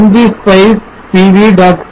ng spice pv